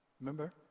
Remember